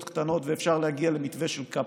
קטנות ואפשר להגיע למתווה של קפסולות,